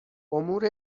امور